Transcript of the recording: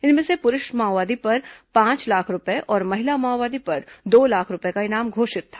इनमें से पुरूष माओवादी पर पांच लाख रूपये और महिला माओवादी पर दो लाख रूपये का इनाम घोषित था